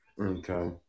Okay